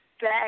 back